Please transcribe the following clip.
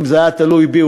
אם זה היה תלוי בי,